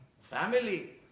family